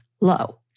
low